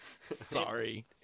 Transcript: Sorry